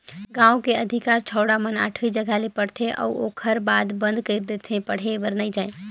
गांव के अधिकार छौड़ा मन आठवी जघा ले पढ़थे अउ ओखर बाद बंद कइर देथे पढ़े बर नइ जायें